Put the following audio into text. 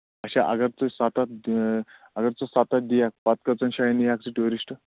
اچھا اَگر تُہۍ سَتَتھ اَگر ژٕ سَتتھ دِکھ پَتہٕ کٔژَن جاین نِیَکھ ژٕ ٹیوٗرِسٹ